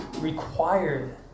required